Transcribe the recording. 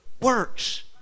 works